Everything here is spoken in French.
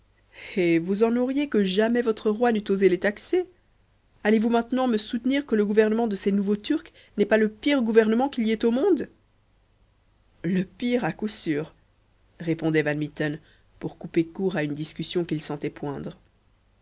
eh vous en auriez que jamais votre roi n'eût osé les taxer allez-vous maintenant me soutenir que le gouvernement de ces nouveaux turcs n'est pas le pire gouvernement qu'il y ait au monde le pire à coup sûr répondait van mitten pour couper court à une discussion qu'il sentait poindre